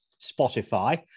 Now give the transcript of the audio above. Spotify